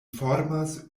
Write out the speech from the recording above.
formas